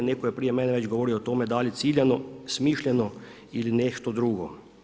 Netko je prije mene već govorio o tome, da li ciljano, smišljeno ili nešto drugo.